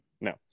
No